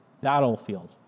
battlefield